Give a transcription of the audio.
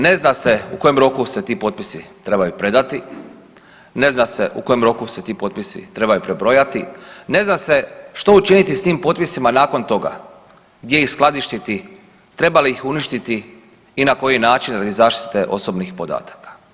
Ne zna se u kojem roku se ti potpisi trebaju predati, ne zna se u kojem roku se ti potpisi trebaju prebrojati, ne zna se što učiniti s tim potpisima nakon toga, gdje ih skladištiti, treba li ih uništiti i na koji način radi zaštite osobnih podataka.